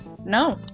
No